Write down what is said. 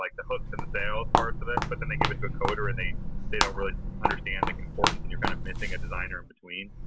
like the hooks and the sales parts of it, but then they give it to a coder and they they don't really understand the importance and you're kind of missing a designer in between,